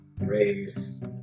race